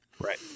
Right